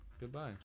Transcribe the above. Goodbye